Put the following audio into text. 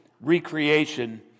recreation